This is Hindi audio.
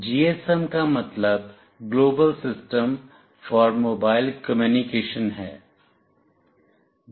GSM का मतलब global system for mobile communication है